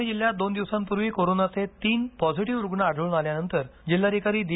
परभणी जिल्ह्यात दोन दिवसांपूर्वी कोरोनाचे तीन पॉझिटिव्ह रूग्ण आढळून आल्यानंतर जिल्हाधिकारी दी